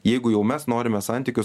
jeigu jau mes norime santykius